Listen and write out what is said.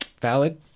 Valid